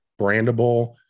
brandable